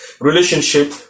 relationship